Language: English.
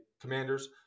commanders